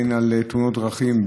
על תאונות דרכים,